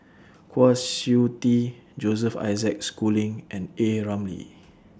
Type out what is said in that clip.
Kwa Siew Tee Joseph Isaac Schooling and A Ramli